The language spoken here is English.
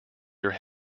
your